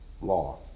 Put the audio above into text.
law